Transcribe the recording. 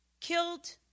killed